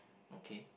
okay